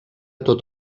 tot